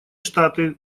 штаты